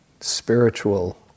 spiritual